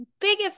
biggest